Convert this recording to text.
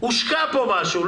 הושקע פה משהו.